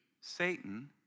Satan